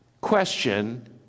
question